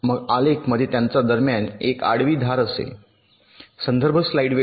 मग आलेख मध्ये त्यांच्या दरम्यान एक आडवी धार असेल